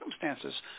circumstances